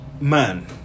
man